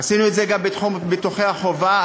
עשינו את זה גם בתחום ביטוחי החובה,